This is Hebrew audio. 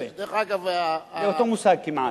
זה אותו מושג כמעט.